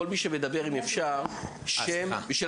כל מי שמדבר אם אפשר שם ותפקיד,